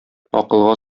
акылга